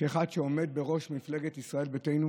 כאחד שעומד בראש מפלגת ישראל ביתנו,